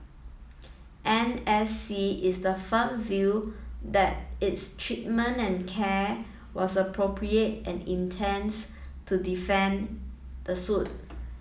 N S C is the firm view that its treatment and care was appropriate and intends to defend the suit